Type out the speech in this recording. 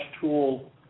tool